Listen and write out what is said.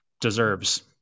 deserves